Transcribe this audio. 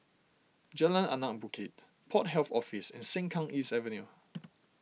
Jalan Anak Bukit Port Health Office and Sengkang East Avenue